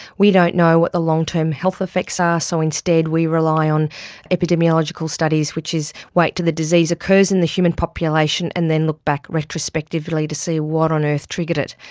we don't know what the long-term health effects are, so instead we rely on epidemiological studies, which is wait until the disease occurs in the human population, and then look back retrospectively to see what on earth triggered it,